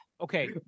Okay